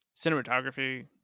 cinematography